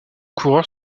coureur